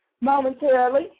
momentarily